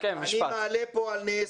אני מעלה פה על נס,